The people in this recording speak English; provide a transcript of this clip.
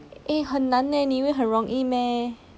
eh 很难 eh 你以为很容易 meh